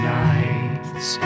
nights